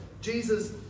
Jesus